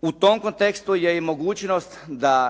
U tom kontekstu je i mogućnost da